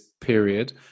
period